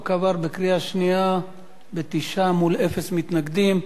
החוק עבר בקריאה שנייה בתשעה מול אפס מתנגדים.